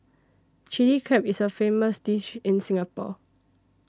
Chilli Crab is a famous dish in Singapore